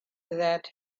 that